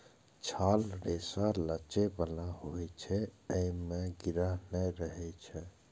छालक रेशा लचै बला होइ छै, अय मे गिरह नै रहै छै